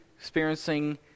experiencing